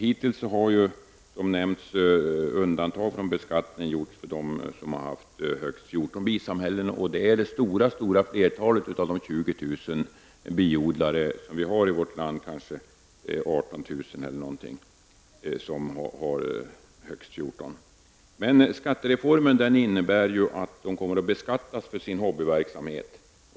Hittills har, som nämnts, undantag från beskattning gjorts för dem som har haft högst 14 bisamhällen, och dessa utgör det stora flertalet av de ca 18 000 biodlare som vi har i vårt land. Skattereformen innebär att dessa biodlare kommer att beskattas för sin hobbyverksamhet.